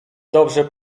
dobrze